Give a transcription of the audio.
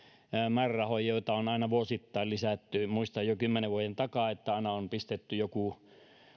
määrärahoja joita on aina vuosittain lisätty muistan jo kymmenen vuoden takaa että aina on pistetty jostain